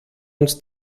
uns